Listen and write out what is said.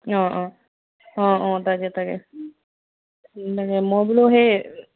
অঁ অঁ অঁ অঁ তাকে তাকে তাকে মই বোলো সেই